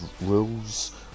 rules